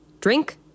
Drink